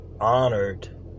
honored